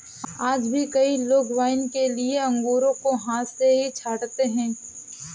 आज भी कई लोग वाइन के लिए अंगूरों को हाथ से ही छाँटते हैं